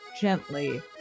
gently